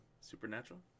Supernatural